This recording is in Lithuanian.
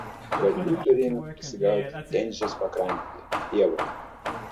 varlių turėjome prisigaudyti tenžės pakrantėje pievoje